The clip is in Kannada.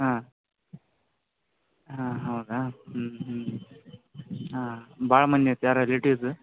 ಹಾಂ ಹಾಂ ಹೌದಾ ಹ್ಞೂ ಹ್ಞೂ ಹಾಂ ಭಾಳ ಮಂದಿ ಇದ್ದಾರಾ ರಿಲೇಟಿವ್ಸ್